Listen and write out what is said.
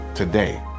today